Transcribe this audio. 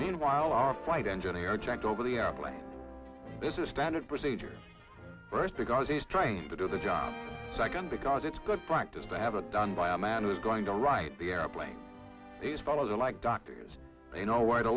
meanwhile our flight engineer checked over the airplane this is standard procedure first because he's trained to do the job second because it's good practice to have it done by a man who is going to write the airplane follow the like doctors they know where to